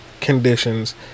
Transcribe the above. conditions